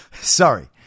Sorry